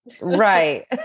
Right